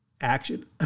action